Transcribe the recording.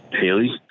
Haley